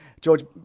George